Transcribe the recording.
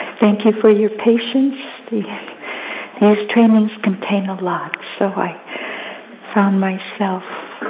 thank you for your patience. these trainings contain a lot. so i found myself